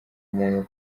muntu